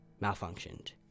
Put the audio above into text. malfunctioned